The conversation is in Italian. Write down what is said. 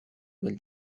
quel